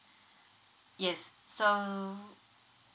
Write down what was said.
yes so